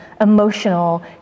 emotional